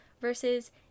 versus-